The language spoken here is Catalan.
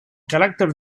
caràcter